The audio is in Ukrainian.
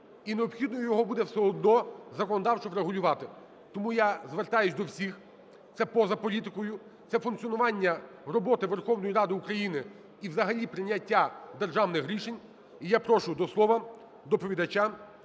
і необхідно його буде все одно законодавчо врегулювати. Тому я звертаюся до всіх, це поза політикою, це функціонування роботи Верховної Ради України і взагалі прийняття державних рішень. І я прошу до слова доповідача